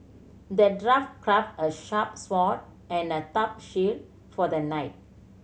the dwarf crafted a sharp sword and a tough shield for the knight